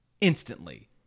instantly